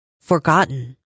forgotten